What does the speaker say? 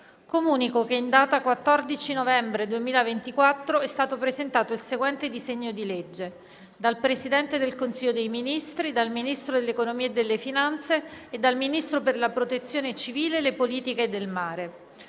Comunico che in data 14 novembre 2024 è stato presentato il seguente disegno di legge: *dal Presidente del Consiglio dei ministri, dal Ministro dell'economia e delle finanze e dal Ministro per la protezione civile e le politiche del mare*: